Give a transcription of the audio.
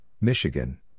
Michigan